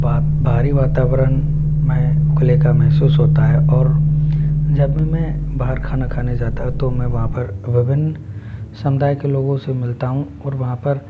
भात भारी वातावरण में खुले का महसूस होता है और जब भी मैं बाहर खाना खाने जाता हूँ तो मैं वहाँ पर विभिन्न समुदाय के लोगों से मिलता हूँ और वहाँ पर